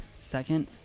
Second